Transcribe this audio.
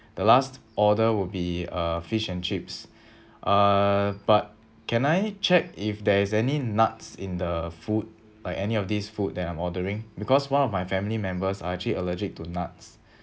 the last order would be err fish and chips uh but can I check if there is any nuts in the food like any of these food that I'm ordering because one of my family members are actually allergic to nuts